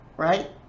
Right